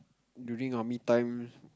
during army time